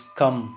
come